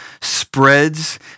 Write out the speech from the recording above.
spreads